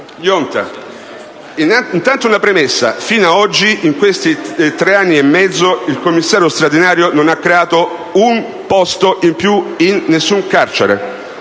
Innanzitutto una premessa: fino ad oggi, in questi tre anni e mezzo, il commissario straordinario non ha creato neanche un posto in più in alcun carcere.